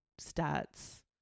stats